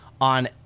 On